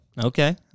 Okay